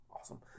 awesome